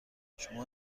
شما